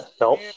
Nope